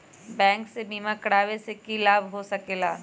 Bank से बिमा करावे से की लाभ होई सकेला?